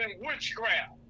witchcraft